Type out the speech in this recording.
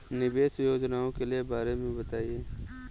निवेश योजनाओं के बारे में बताएँ?